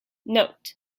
note